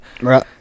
Right